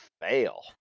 fail